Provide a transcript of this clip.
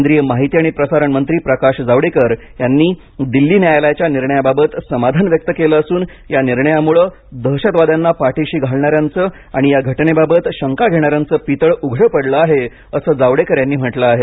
केंद्रीय माहिती आणि प्रसारण मंत्री प्रकाश जावडेकर यांनी दिल्ली न्यायालयाच्या निर्णयाबाबत समाधान व्यक्त केलं असून या निर्णयामुळे दहशतवाद्यांना पाठीशी घालणा याचं आणि या घटनेबाबत शंका घेणाऱ्यांचं पितळ उघडं पडलं आहे असं जावडेकर यांनी म्हटलं आहे